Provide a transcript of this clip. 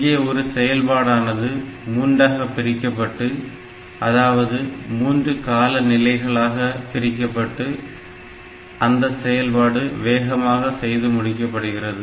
இங்கே ஒரு செயல்பாடானது மூன்றாகப் பிரிக்கப்பட்டு அதாவது மூன்று கால நிலைகளாக பிரிக்கப்பட்டு அந்த செயல்பாடு வேகமாக செய்து முடிக்கப்படுகிறது